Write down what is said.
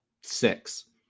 six